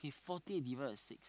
forty divide by six